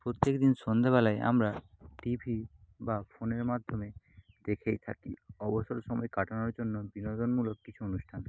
প্রত্যেকদিন সন্ধ্যেবেলায় আমরা টিভি বা ফোনের মাধ্যমে দেখেই থাকি অবসর সময় কাটানোর জন্য বিনোদনমূলক কিছু অনুষ্ঠান